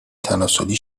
تناسلی